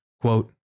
Quote